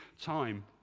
time